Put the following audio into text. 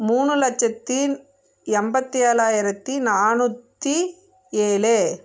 மூணு லட்சத்தி எண்பத்தி ஏழாயிரத்தி நானூற்றி ஏழு